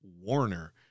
Warner